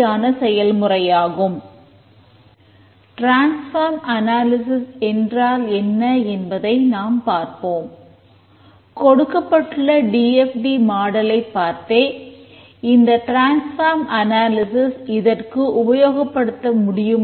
கண்டறிய முடியுமா